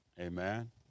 Amen